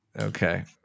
Okay